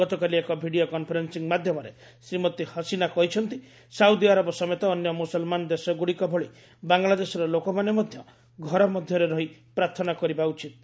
ଗତକାଲି ଏକ video conferencing ମାଧ୍ୟମରେ ଶ୍ରୀମତୀ ହସିନା କହିଛନ୍ତି ସାଉଦିଆରବ ସମେତ ଅନ୍ୟ ମୁସଲମାନ ଦେଶଗୁଡ଼ିକ ଭଳି ବାଙ୍ଗଲାଦେଶର ଲୋକମାନେ ମଧ୍ୟ ଘର ମଧ୍ୟରେ ରହି ପାର୍ଥନା କରିବା ଉଚିତ୍